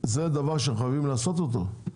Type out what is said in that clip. זה דבר שאתם חייבים לעשות אותו.